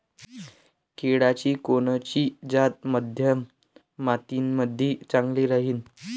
केळाची कोनची जात मध्यम मातीमंदी चांगली राहिन?